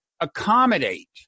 accommodate